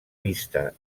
vista